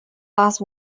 last